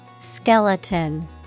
Skeleton